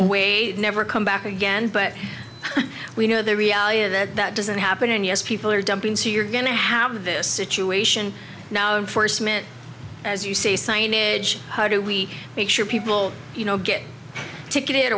away never come back again but we know the reality of it that doesn't happen and yes people are dumping so you're going to have this situation now for smith as you say signage how do we make sure people you know get ticketed